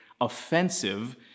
offensive